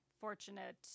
fortunate